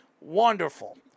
Wonderful